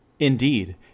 indeed